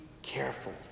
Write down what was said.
Careful